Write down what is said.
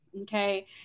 Okay